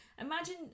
Imagine